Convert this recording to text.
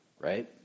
right